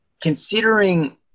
considering